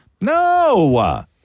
No